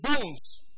bones